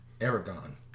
Aragon